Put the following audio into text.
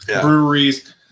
breweries